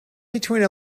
between